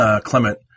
Clement